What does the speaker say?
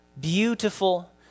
Beautiful